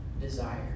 desire